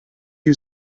you